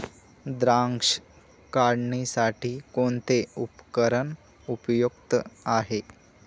द्राक्ष काढणीसाठी कोणते उपकरण उपयुक्त आहे?